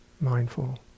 mindful